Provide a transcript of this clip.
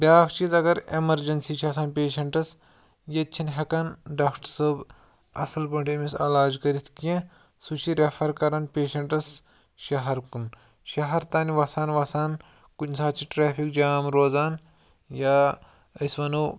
بیاکھ چیٖز اگر ایٚمَرجَنسی چھِ آسان پیشَنٹَس ییٚتہِ چھِنہٕ ہیٚکَن ڈاکٹَر صٲب اصٕل پٲٹھۍ أمِس علاج کٔرِتھ کیٚنٛہہ سُہ چھِ ریٚفَر کَران پیشَنٛٹَس شَہَر کُن شَہَر تانۍ وَسان وَسان کُنہِ ساتہٕ چھِ ٹرٛیفِک جام روزان یا أسۍ وَنو